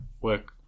work